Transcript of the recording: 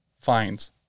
fines